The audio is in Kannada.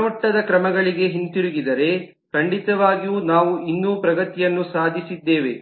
ಗುಣಮಟ್ಟದ ಕ್ರಮಗಳಿಗೆ ಹಿಂತಿರುಗಿದರೆ ಖಂಡಿತವಾಗಿಯೂ ನಾವು ಇನ್ನೂ ಹೆಚ್ಚಿನ ಪ್ರಗತಿಯನ್ನು ಸಾಧಿಸಿದ್ದೇವೆ